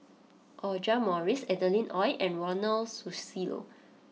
Audra Morrice Adeline Ooi and Ronald Susilo